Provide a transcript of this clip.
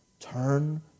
Turn